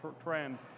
trend